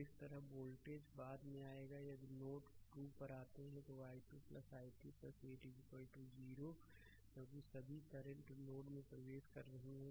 और इसी तरह वोल्टेज बाद में आएगा यदि नोड 2 पर आते हैं तो i2 i3 8 0 क्योंकि सभी करंट नोड में प्रवेश कर रही है